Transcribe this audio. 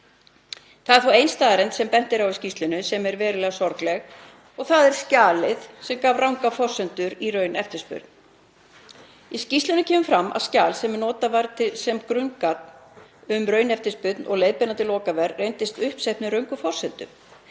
Það er þó ein staðreynd sem bent er á í skýrslunni sem er verulega sorgleg. Það er skjalið sem gaf rangar forsendur í rauneftirspurn. Í skýrslunni kemur fram að skjal sem notað var sem grunngagn um rauneftirspurn og leiðbeinandi lokaverð reyndist uppsett með röngum forsendum.